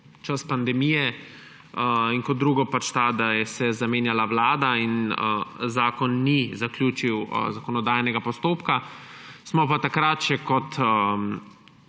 čas pandemije. Kot drugo pa to, da se je zamenjala vlada in zakon ni zaključil zakonodajnega postopka. Smo pa takrat še kot